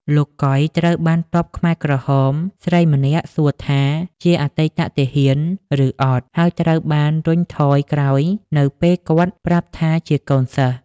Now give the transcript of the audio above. លោក កុយ ត្រូវបានទ័ពខ្មែរក្រហមស្រីម្នាក់សួរថាជាអតីតទាហានឬអត់ ហើយត្រូវបានរុញថយក្រោយនៅពេលគាត់ប្រាប់ថាជាកូនសិស្ស។